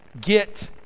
get